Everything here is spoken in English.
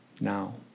now